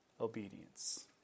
Obedience